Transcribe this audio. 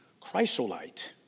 chrysolite